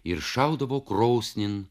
ir šaudavo krosnin